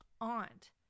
aunt